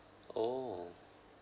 oh